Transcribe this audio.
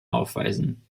aufweisen